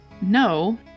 no